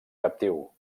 captiu